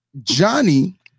Johnny